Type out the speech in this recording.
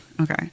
Okay